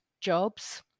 jobs